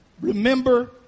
Remember